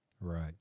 Right